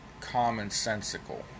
commonsensical